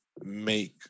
make